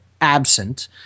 absent